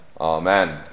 Amen